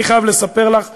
אני חייב לספר לך שאני,